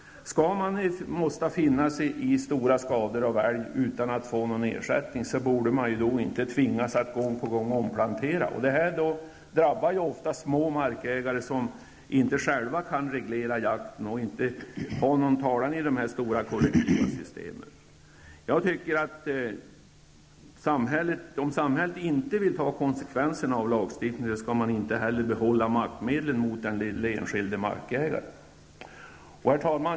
Om man måste finna sig i stora skador av älg utan att få någon ersättning borde man inte tvingas att gång på gång omplantera. Detta drabbar ju ofta små markägare som inte själva kan reglera jakten och som inte har någon talan i de här stora kollektiva systemen. Jag tycker att om samhället inte vill ta konsekvenserna av lagstiftningen, skall man inte heller behålla maktmedlen mot den lille enskilde markägaren. Herr talman!